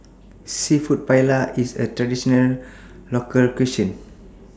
Seafood Paella IS A Traditional Local Cuisine